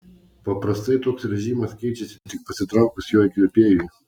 paprastai toks režimas keičiasi tik pasitraukus jo įkvėpėjui